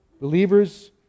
believers